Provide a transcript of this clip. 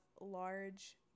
large